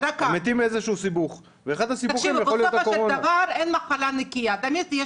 הם מתים מאיזה שהוא סיבוך ואחד הסיבוכים יכול להיות הקורונה.